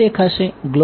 વિદ્યાર્થી 5